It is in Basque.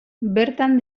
bertan